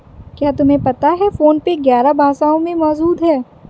क्या तुम्हें पता है फोन पे ग्यारह भाषाओं में मौजूद है?